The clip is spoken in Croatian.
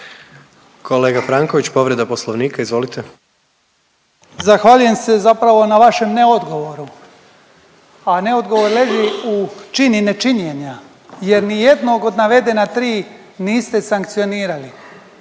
Kolega Franković povreda Poslovnika, izvolite. **Franković, Mato (HDZ)** Zahvaljujem se zapravo na vašem ne odgovoru, a ne odgovor leži u čini nečinjenja jer nijednog od navedena tri niste sankcionirali,